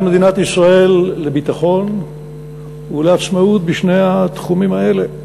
מדינת ישראל לביטחון ולעצמאות בשני התחומים האלה.